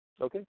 Okay